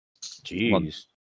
Jeez